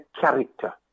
character